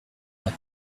much